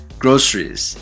groceries